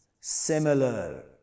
similar